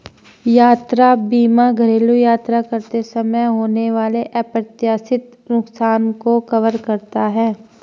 यात्रा बीमा घरेलू यात्रा करते समय होने वाले अप्रत्याशित नुकसान को कवर करता है